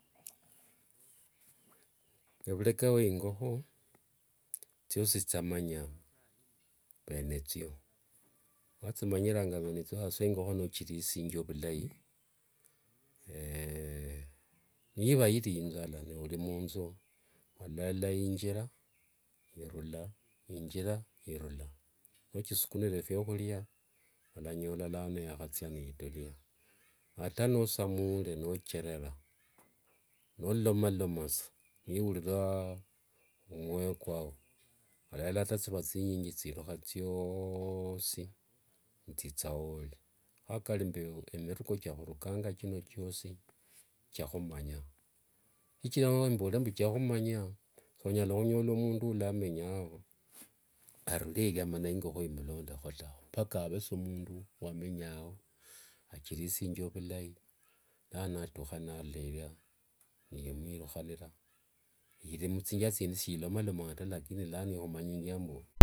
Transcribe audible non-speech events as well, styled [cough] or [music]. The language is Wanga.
Evureka we ingoho, tsyosi tsyamanya venyetsio, atsimanyiranga venyetsio hasa ingoho nochirisingia ovulayi, [hesitation] niva niiri inzala nori munzu olalola yiinjira irula yiinjira irula, nochisukunira viahuria olanyola lano yahatsia niituliya. Ata noosamule nocherera nolomaloma sa niurira omuoyo kwao, olalola kata netsiva tsinyingi tsiruha tsyoosi netsitsa woori, ho kari mbu miruko chia hurukanga chino chiosi chiahumanya, shikira embole mbu chiahumanya sonyala hunyola mundu oulamenya ao arule eria mana ingoho imlondeho tawe, mpaka ave sa omundu wamenya ao achirisingia ovulayi lano natuha narula eria ni imuiruhanira iri mutsimbia tsindi shilomaloma ta lakini lano ihumanyia mbu.